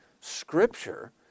scripture